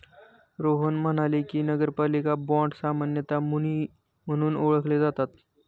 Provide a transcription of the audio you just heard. रोहन म्हणाले की, नगरपालिका बाँड सामान्यतः मुनी म्हणून ओळखले जातात